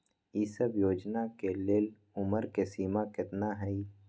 ई सब योजना के लेल उमर के सीमा केतना हई?